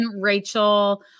Rachel